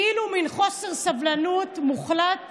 כאילו מין חוסר סבלנות מוחלט